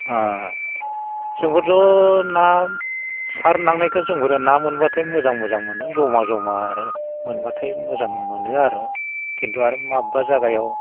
ओ जोंबोथ' ना सारनांनायखो जोंफोरा ना मोनब्लाथाय मोजां मोजां मोनो जमा जमा आरो मोनब्लाथाय मोजां मोनो आरो खिन्थु आरो माबेबा जागायाव